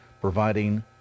providing